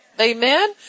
amen